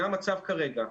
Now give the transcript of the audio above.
זה המצב כרגע.